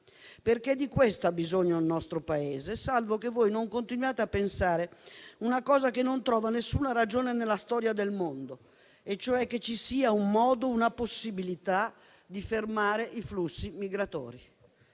Di questo ha bisogno il nostro Paese, salvo che voi non continuiate a pensare una cosa che non trova alcuna ragione nella storia del mondo, ovvero che ci siano un modo o una possibilità di fermare i flussi migratori.